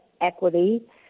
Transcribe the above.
equity